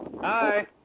Hi